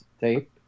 tape